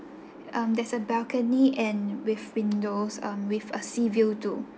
um there's a balcony and with windows um with a sea view too